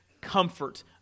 comfort